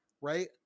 right